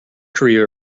korea